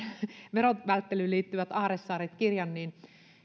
verovälttelyyn liittyvän aarresaaret kirjan niin